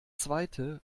zweite